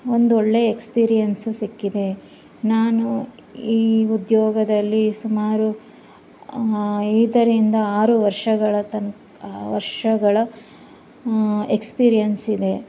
ಒಂದೊಳ್ಳೆಯ ಎಕ್ಸ್ಪೀರಿಯನ್ಸು ಸಿಕ್ಕಿದೆ ನಾನು ಈ ಉದ್ಯೋಗದಲ್ಲಿ ಸುಮಾರು ಐದರಿಂದ ಆರು ವರ್ಷಗಳ ತನ್ ವರ್ಷಗಳ ಎಕ್ಸ್ಪೀರಿಯನ್ಸ್ ಇದೆ